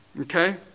Okay